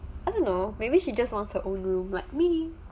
I don't know maybe she just wants her own room like me